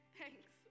thanks